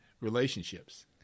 relationships